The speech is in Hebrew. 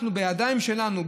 אנחנו בידיים שלנו,